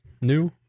New